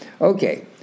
Okay